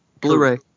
Blu-ray